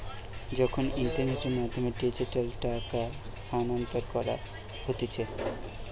যখন ইন্টারনেটের মাধ্যমে ডিজিটালি টাকা স্থানান্তর করা হতিছে